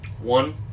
One